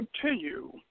continue